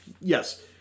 yes